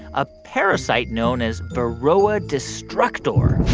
a parasite known as varroa destructor